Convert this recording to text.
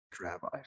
rabbi